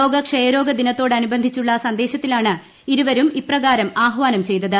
ലോക ക്ഷയരോഗ ദിനത്തോടനുബന്ധിച്ചുള്ള സന്ദേശത്തിലാണ് ഇരുവരും ഇപ്രകാരം ആഹ്വാനം ചെയ്തത്